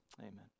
Amen